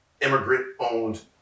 immigrant-owned